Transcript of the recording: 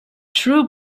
true